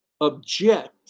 Object